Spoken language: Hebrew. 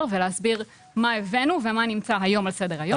ולהסביר מה הבאנו ומה נמצא היום בסדר היום.